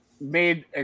made